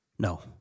No